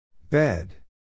Bed